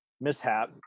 mishap